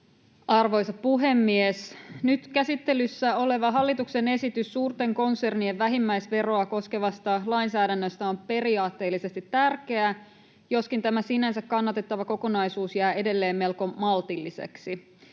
Arvoisa puhemies! Nyt käsittelyssä oleva hallituksen esitys suurten konsernien vähimmäisveroa koskevasta lainsäädännöstä on periaatteellisesti tärkeä, joskin tämä sinänsä kannatettava kokonaisuus jää edelleen melko maltilliseksi.